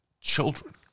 children